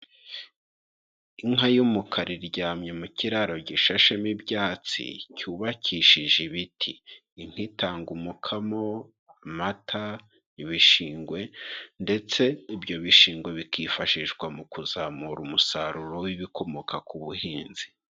Inka y'umukara iryamye mu kiraro gishashemo ibyatsi, cyubakishije ibiti, inka itanga umukamo, amata, ibishingwe ndetse ibyo bishingwe bikifashishwa mu kuzamura umusaruro w'ibikomoka ku buhinzi.